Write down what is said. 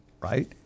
right